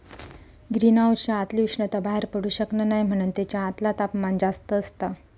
green हाउसच्या आतली उष्णता बाहेर पडू शकना नाय म्हणान तेच्या आतला तापमान जास्त असता